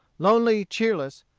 lonely, cheerless,